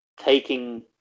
Taking